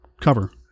cover